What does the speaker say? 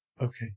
okay